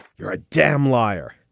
you're a damn liar.